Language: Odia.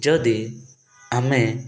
ଯଦି ଆମେ